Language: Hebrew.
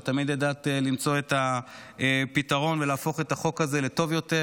ותמיד ידעת למצוא את הפתרון ולהפוך את החוק הזה לטוב יותר,